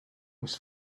was